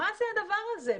מה זה הדבר הזה?